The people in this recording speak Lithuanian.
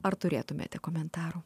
ar turėtumėte komentarų